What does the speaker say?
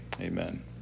Amen